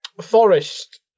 Forest